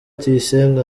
tuyisenge